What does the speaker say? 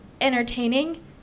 entertaining